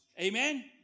Amen